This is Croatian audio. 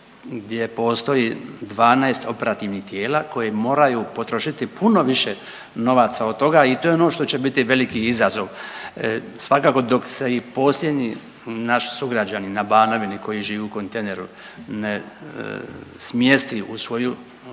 gdje postoji 12 operativnih tijela koji moraju potrošiti puno više novaca od toga i to je ono što će biti veliki izazov. Svakako dok se i naš posljednji sugrađanin na Banovini koji živi u kontejneru ne smjesti u svoju